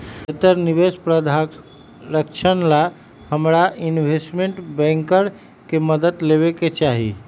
बेहतर निवेश प्रधारक्षण ला हमरा इनवेस्टमेंट बैंकर के मदद लेवे के चाहि